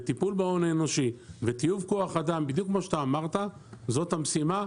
טיפול בהון אנושי וטיוב כוח האדם בדיוק כמו שאתה אמרת זאת המשימה,